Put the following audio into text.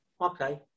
okay